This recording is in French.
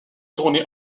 tourné